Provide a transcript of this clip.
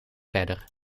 verder